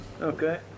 Okay